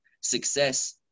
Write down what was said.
success